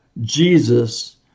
Jesus